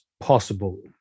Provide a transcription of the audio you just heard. possible